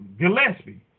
Gillespie